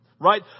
Right